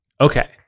Okay